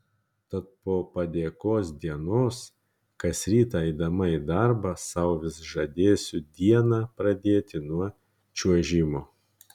tad po padėkos dienos kas rytą eidama į darbą sau vis žadėsiu dieną pradėti nuo čiuožimo